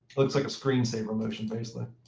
looks like a screen-saver motion basically.